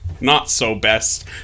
not-so-best